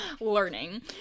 Learning